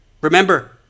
remember